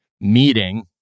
meeting